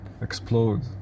explode